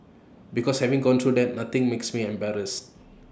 because having gone through that nothing makes me embarrassed